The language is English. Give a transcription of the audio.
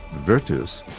virtus,